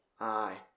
Aye